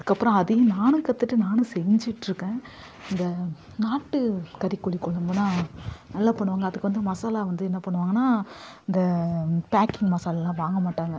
அதுக்கப்புறம் அதையும் நானும் கற்றுட்டு நானும் செஞ்சுட்டிருக்கேன் இந்த நாட்டு கறிகோழிக் கொழம்புன்னா நல்லா பண்ணுவாங்க அதுக்கு வந்து மசாலா வந்து என்ன பண்ணுவாங்கன்னால் இந்த பேக்கிங் மசாலாவெல்லாம் வாங்க மாட்டாங்க